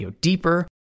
deeper